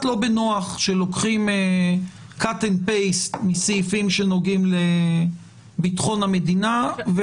לא בנוח כשעושים v מסעיפים שנוגעים לביטחון המדינה,